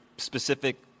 specific